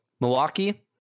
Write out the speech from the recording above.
Milwaukee